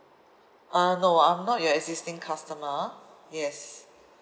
uh no I'm not your existing customer yes